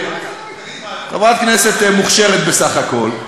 אני מבקש את הזמן הזה.